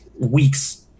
weeks